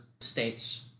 states